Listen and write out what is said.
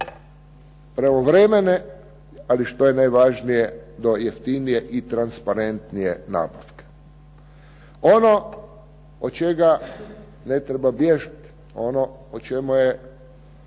pravovremene ali što je najvažnije do jeftinije i transparentnije nabavke. Ono od čega ne treba bježati, ono o čemu je